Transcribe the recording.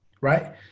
Right